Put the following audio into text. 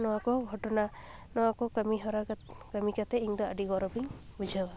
ᱱᱚᱣᱟ ᱠᱚ ᱜᱷᱚᱴᱚᱱᱟ ᱱᱚᱣᱟ ᱠᱚ ᱠᱟᱹᱢᱤ ᱦᱚᱨᱟ ᱠᱟᱹᱢᱤ ᱠᱟᱛᱮ ᱤᱧ ᱫᱚ ᱟᱹᱰᱤ ᱜᱚᱨᱚᱵᱤᱧ ᱵᱩᱡᱷᱟᱹᱣᱟ